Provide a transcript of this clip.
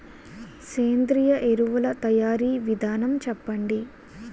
సేంద్రీయ ఎరువుల తయారీ విధానం చెప్పండి?